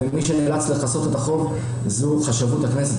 ומי שנאלץ לכסות את החוב זו חשבות הכנסת,